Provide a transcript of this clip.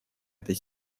этой